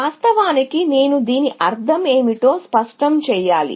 వాస్తవానికి నేను దీని అర్థం ఏమిటో స్పష్టం చేయాలి